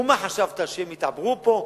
ומה חשבת, שהם יתעברו פה?